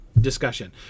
discussion